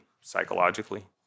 psychologically